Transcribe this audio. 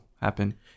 happen